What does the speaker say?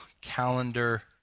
calendar